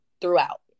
throughout